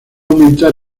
aumentar